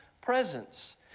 presence